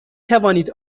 توانید